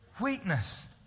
weakness